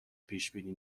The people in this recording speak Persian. پیشبینی